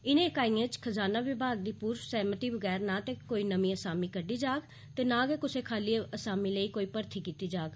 इनें इकाइएं च नां ते खजाना विभाग दी पूर्व सैह्मति बगैर ना ते कोई नमीं आसामी कड्डी जाग ते ना गै कुसै खाली आसामी लेई कोई मर्थी कीती जाग